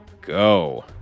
go